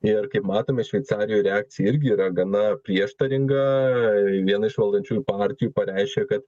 ir kaip matome šveicarijoj reakcija irgi yra gana prieštaringa viena iš valdančiųjų partijų pareiškė kad